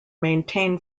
maintain